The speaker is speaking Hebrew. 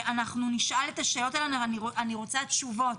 אנחנו נשאל את השאלות האלה ונרצה תשובות.